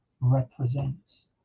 represents